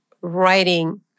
writing